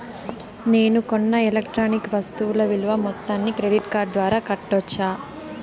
నేను కొన్న ఎలక్ట్రానిక్ వస్తువుల విలువ మొత్తాన్ని క్రెడిట్ కార్డు ద్వారా కట్టొచ్చా?